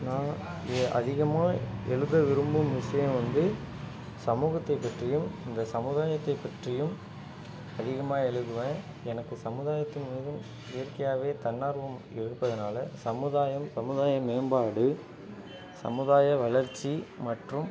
நான் அதிகமாக எழுத விரும்பும் விஷயம் வந்து சமூகத்தை பற்றியும் இந்த சமுதாயத்தை பற்றியும் அதிகமாக எழுதுவேன் எனக்கு சமுதாயத்தின் மீதும் இயற்கையாகவே தன் ஆர்வம் இருப்பதுனால சமுதாயம் சமுதாயம் மேம்பாடு சமுதாயம் வளர்ச்சி மற்றும்